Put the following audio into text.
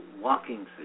walking